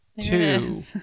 two